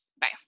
bye